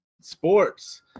sports